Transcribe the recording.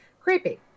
creepy